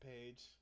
page